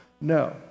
No